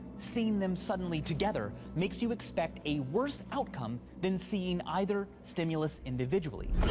seeing them suddenly together makes you expect a worse outcome than seeing either stimulus individually.